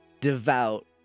devout